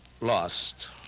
lost